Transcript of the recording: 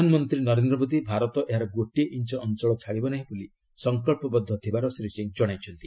ପ୍ରଧାନମନ୍ତ୍ରୀ ନରେନ୍ଦ୍ର ମୋଦୀ ଭାରତ ଏହାର ଗୋଟିଏ ଇଞ୍ଚ ଅଞ୍ଚଳ ଛାଡ଼ିବ ନାହିଁ ବୋଲି ସଂକଳ୍ପବଦ୍ଧ ଥିବାର ଶ୍ରୀ ସିଂ ଜଣାଇଛନ୍ତି